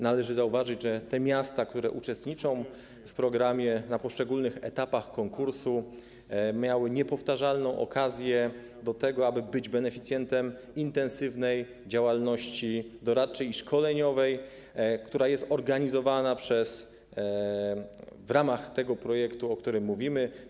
Należy zauważyć, że miasta, które uczestniczą w programie, w poszczególnych etapach konkursu miały niepowtarzalną okazję do tego, aby zostać beneficjentem intensywnej działalności doradczej i szkoleniowej, która jest organizowana w ramach projektu, o którym mówimy.